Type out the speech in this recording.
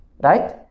Right